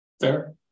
Fair